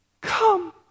Come